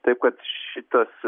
taip kad šitas